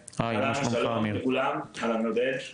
שלום לכולם, אהלן עודד.